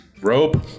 Rope